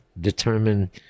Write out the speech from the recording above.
determine